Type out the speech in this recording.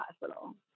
Hospital